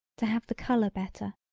to have the color better,